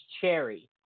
cherry